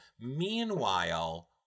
Meanwhile